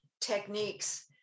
techniques